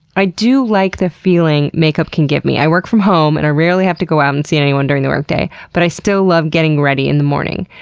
i do like the feeling makeup can get me. i work from home and i rarely have to go out and see anyone during the workday, but i still love getting ready in the morning.